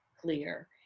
clear